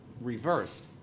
reversed